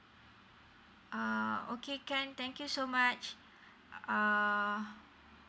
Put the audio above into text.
uh okay can thank you so much uh